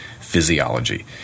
physiology